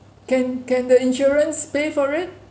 can can the insurance pay for it